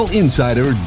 insider